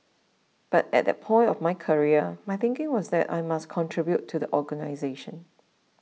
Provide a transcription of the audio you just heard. but at that point of my career my thinking was that I must contribute to the organisation